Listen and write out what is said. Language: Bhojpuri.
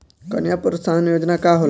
कन्या प्रोत्साहन योजना का होला?